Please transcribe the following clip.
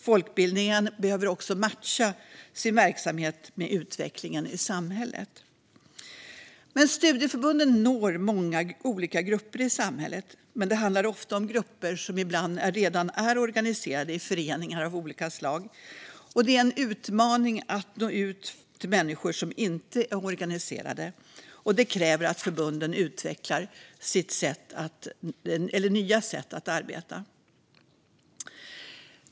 Folkbildningen behöver också matcha sin verksamhet med utvecklingen i samhället. Studieförbunden når många olika grupper i samhället, men det handlar ofta om grupper som redan är organiserade i föreningar av olika slag. Det är en utmaning att nå ut till människor som inte är organiserade, och det kräver att förbunden utvecklar nya sätt att arbeta.